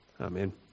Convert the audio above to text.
Amen